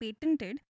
patented